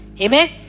Amen